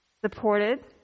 Supported